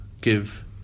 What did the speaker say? give